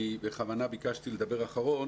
אני בכוונה ביקשתי לדבר אחרון